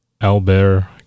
Albert